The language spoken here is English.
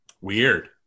Weird